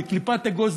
בקליפת אגוז,